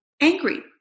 angry